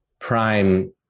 prime